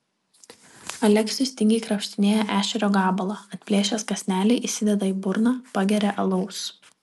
aleksius tingiai krapštinėja ešerio gabalą atplėšęs kąsnelį įsideda į burną pageria alaus